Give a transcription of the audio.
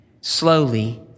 slowly